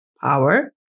power